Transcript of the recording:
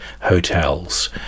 hotels